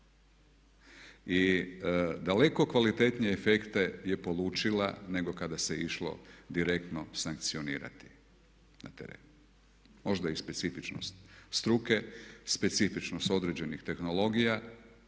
i daleko kvalitetnije efekte je polučila nego kada se išlo direktno sankcionirati na teren. Možda i specifičnost struke, specifičnost određenih tehnologija